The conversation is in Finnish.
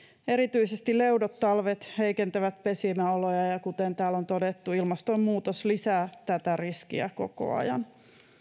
erityisesti leudot talvet heikentävät pesimäoloja ja ja kuten täällä on todettu ilmastonmuutos lisää tätä riskiä koko ajan